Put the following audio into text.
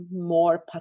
more